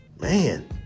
Man